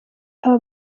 abo